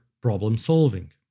problem-solving